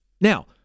Now